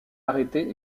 arrêté